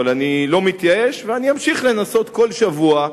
אבל אני לא מתייאש ואני אמשיך לנסות כל שבוע,